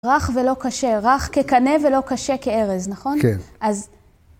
רך ולא קשה, רך ככנה ולא קשה כארז, נכון? כן.